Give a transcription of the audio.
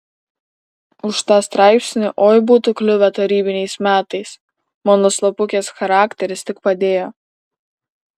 už tą straipsnį oi būtų kliuvę tarybiniais metais mano slapukės charakteris tik padėjo